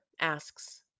asks